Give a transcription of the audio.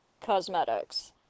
cosmetics